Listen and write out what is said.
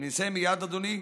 אני מסיים מייד, אדוני.